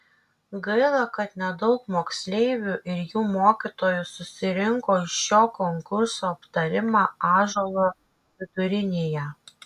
gaila kad nedaug moksleivių ir jų mokytojų susirinko į šio konkurso aptarimą ąžuolo vidurinėje